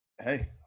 hey